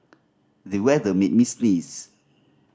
the weather made me sneeze